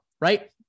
right